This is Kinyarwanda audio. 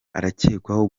arakekwaho